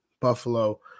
Buffalo